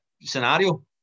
scenario